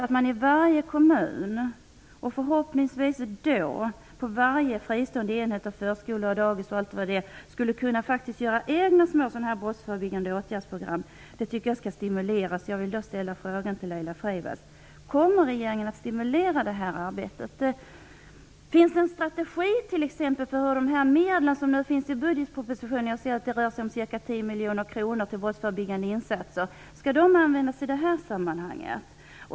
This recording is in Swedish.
Att man i varje kommun - förhoppningsvis t.ex. på varje fristående enhet, förskola och dagis - skulle kunna göra egna små brottsförebyggande åtgärdsprogram tycker jag skall stimuleras. en strategi för hur de medel som enligt budgetpropositionen skall gå till brottsförebyggande insatser - det rör sig om ca 10 miljoner kronor - skall användas? Skall de användas i detta sammanhang?